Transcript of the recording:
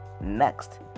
next